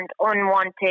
unwanted